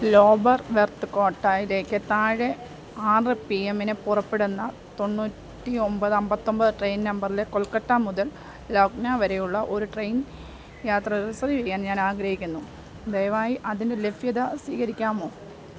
lower berth ക്വോട്ടയിലേക്ക് താഴെ ആറ് പി എമ്മിന് പുറപ്പെടുന്ന തൊണ്ണൂറ്റി ഒമ്പത് അമ്പത്തി ഒമ്പത് ട്രെയിൻ നമ്പറിൽ കൊൽക്കത്ത മുതൽ ലക്നൗ വരെയുള്ള ഒരു ട്രെയിൻ യാത്ര റിസർവ് ചെയ്യാൻ ഞാൻ ആഗ്രഹിക്കുന്നു ദയവായി അതിൻ്റെ ലഭ്യത സ്ഥിരീകരിക്കാമോ